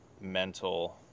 mental